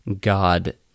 God